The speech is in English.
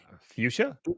Fuchsia